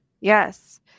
Yes